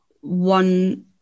one